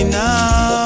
now